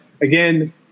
again